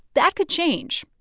that could change.